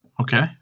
Okay